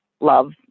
love